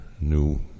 New